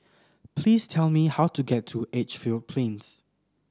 please tell me how to get to Edgefield Plains